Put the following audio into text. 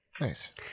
Nice